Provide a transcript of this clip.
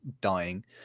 dying